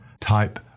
type